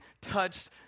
touched